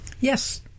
Yes